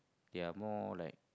they are more like